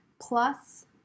plus